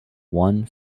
one